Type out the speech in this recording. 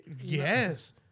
Yes